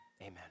Amen